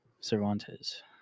Cervantes